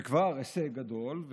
זה כבר הישג גדול.